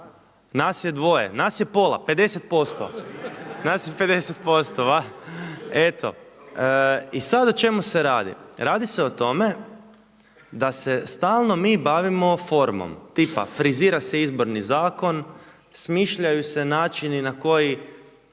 Nas je dvoje. Nas je pola, 50%. Eto. I sad o čemu se radi? Radi se o tome da se stalno mi bavimo formom. Tipa frizira se Izborni zakon, smišljaju se načini na koji